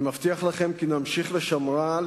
אני מבטיח לכם כי נמשיך לשומרה,